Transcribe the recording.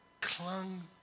clung